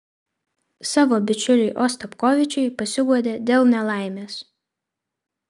savo bičiuliui ostapkovičiui pasiguodė dėl nelaimės